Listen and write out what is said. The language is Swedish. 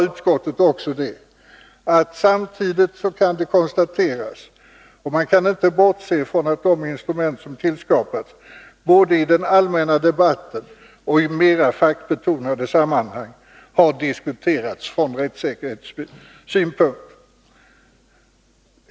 Utskottet fortsatte: ”Samtidigt som detta konstateras kan emellertid inte bortses från att de instrument som sålunda tillskapats både i den allmänna debatten och i mera fackbetonade sammanhang har diskuterats bl.a. från rättssäkerhetssynpunkt.